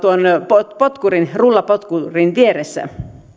rullapotkurin rullapotkurin vieressä